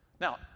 Now